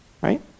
right